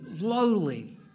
lowly